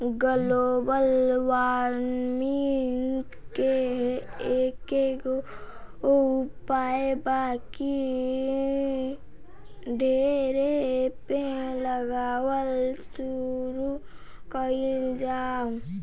global warming के एकेगो उपाय बा की ढेरे पेड़ लगावल शुरू कइल जाव